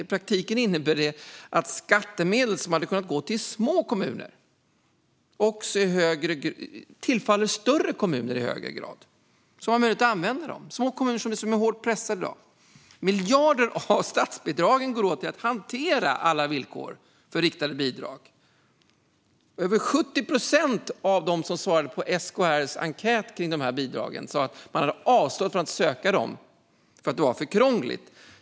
I praktiken innebär det att skattemedel som hade kunnat gå till små kommuner i stället i högre grad tillfaller större kommuner, som har möjlighet att använda dem - fastän små kommuner är så hårt pressade i dag. Miljarder av bidragen går åt till att hantera alla villkor för riktade bidrag. Över 70 procent av dem som svarade på SKR:s enkät kring dessa bidrag sa att man hade avstått från att söka dem för att det var för krångligt.